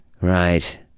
right